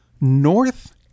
North